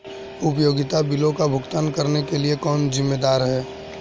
उपयोगिता बिलों का भुगतान करने के लिए कौन जिम्मेदार है?